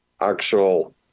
actual